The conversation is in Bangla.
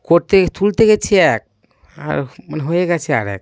করতে তুলতে গিয়েছি এক আর মানে হয়ে গিয়েছে আর এক